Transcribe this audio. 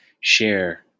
share